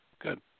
Good